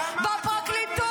מה עובר עליכם?